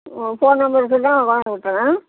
உங்கள் phone number சொன்னால் வாங்கியாந்து கொடுத்துட்றேன்